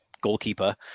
goalkeeper